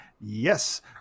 Yes